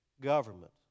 government